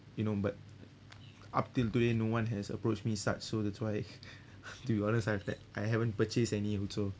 you know but up till today no one has approach me such so that's why to be honest I have that I haven't purchased any also